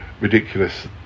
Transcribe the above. ridiculous